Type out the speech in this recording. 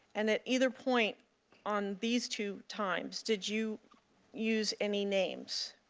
and at either point on these two times, did you use any names?